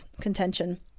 contention